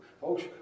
Folks